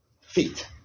feet